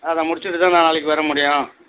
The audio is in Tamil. அதை முடிச்சுட்டு தான் நான் நாளைக்கு வர முடியும்